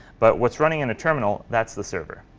but what's running in a terminal, that's the server.